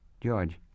George